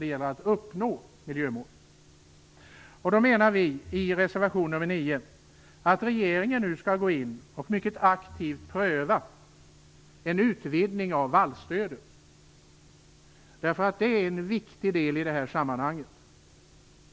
Vi säger därför i reservation nr 9 att regeringen nu skall gå in och mycket aktivt pröva en utvidgning av vallstödet, eftersom detta är en viktig del i det här sammanhanget.